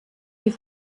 you